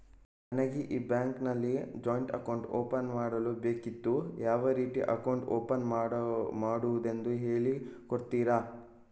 ನನಗೆ ಈ ಬ್ಯಾಂಕ್ ಅಲ್ಲಿ ಜಾಯಿಂಟ್ ಅಕೌಂಟ್ ಓಪನ್ ಮಾಡಲು ಬೇಕಿತ್ತು, ಯಾವ ರೀತಿ ಅಕೌಂಟ್ ಓಪನ್ ಮಾಡುದೆಂದು ಹೇಳಿ ಕೊಡುತ್ತೀರಾ?